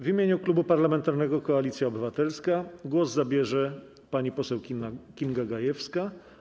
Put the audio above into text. W imieniu Klubu Parlamentarnego Koalicja Obywatelska głos zabierze pani poseł Kinga Gajewska.